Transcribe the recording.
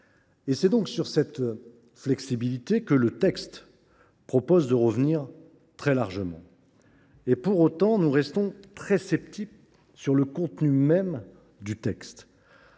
C’est sur cette flexibilité que ce texte tend à revenir très largement. Pour autant, nous restons très sceptiques sur le contenu même de cette